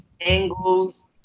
angles